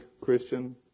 Christian